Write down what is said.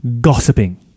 gossiping